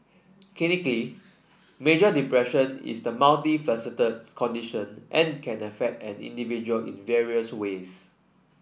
clinically major depression is a multifaceted condition and can affect an individual in various ways